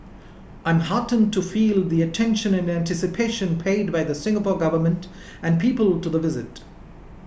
I'm heartened to feel the attention and anticipation paid by the Singapore Government and people to the visit